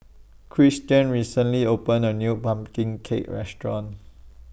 Christian recently opened A New Pumpkin Cake Restaurant